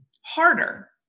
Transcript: harder